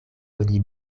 oni